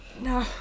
No